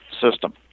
system